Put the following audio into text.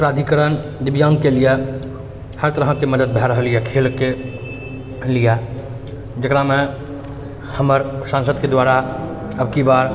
प्राधिकरण दिव्याङ्गके लिए हर तरहके मदद भऽ रहल अइ खेलके लिए जकरामे हमर सांसदके द्वारा अबकी बार